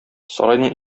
сарайның